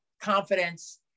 confidence